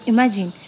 Imagine